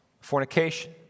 fornication